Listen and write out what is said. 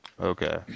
Okay